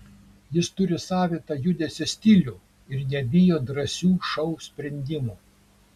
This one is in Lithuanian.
jis turi savitą judesio stilių ir nebijo drąsių šou sprendimų